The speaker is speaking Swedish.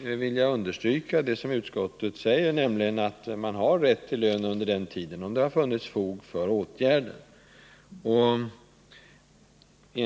vill jag understryka vad utskottet säger, nämligen att man har rätt till lön under uppehållet i arbetet, om det har funnits fog för åtgärden att stoppa arbetet.